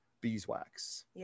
beeswax